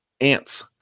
ants